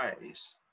ways